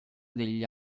degli